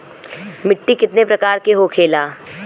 मिट्टी कितने प्रकार के होखेला?